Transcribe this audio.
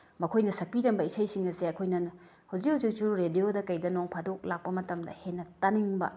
ꯃꯈꯣꯏꯅ ꯁꯛꯄꯤꯔꯝꯕ ꯏꯁꯩꯁꯤꯡ ꯑꯁꯦ ꯑꯩꯈꯣꯏꯅ ꯍꯧꯖꯤꯛ ꯍꯧꯖꯤꯛꯁꯨ ꯔꯦꯗꯤꯑꯣꯗ ꯀꯩꯗ ꯅꯣꯡ ꯐꯥꯗꯣꯛ ꯂꯥꯛꯄ ꯃꯇꯝꯗ ꯍꯦꯟꯅ ꯇꯥꯅꯤꯡꯕ